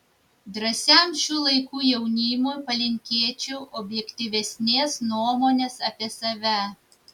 drąsiam šių laikų jaunimui palinkėčiau objektyvesnės nuomonės apie save